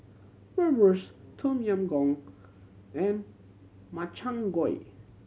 Bratwurst Tom Yam Goong and Makchang Gui